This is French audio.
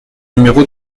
numéro